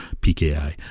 PKI